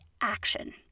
action